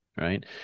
right